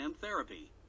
therapy